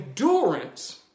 endurance